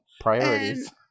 Priorities